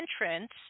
entrance